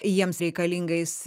jiems reikalingais